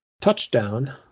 touchdown